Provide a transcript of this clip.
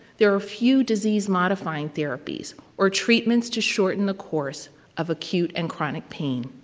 there are few disease-modifying therapies, or treatments to shorten the course of acute and chronic pain.